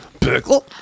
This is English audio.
pickle